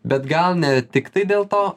bet gal ne tiktai dėl to